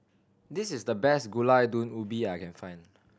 this is the best Gulai Daun Ubi that I can find